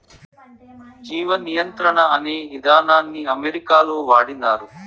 జీవ నియంత్రణ అనే ఇదానాన్ని అమెరికాలో వాడినారు